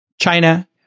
China